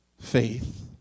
faith